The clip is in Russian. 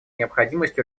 необходимость